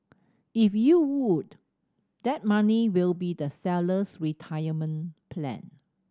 if you would that money will be the seller's retirement plan